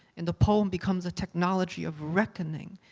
and the poem becomes a technology of reckoning,